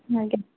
ଆଜ୍ଞ